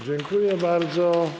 Dziękuję bardzo.